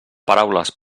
paraules